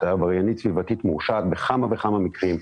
את עבריינית סביבתית מורשעת בכמה וכמה מקרים.